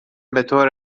بطور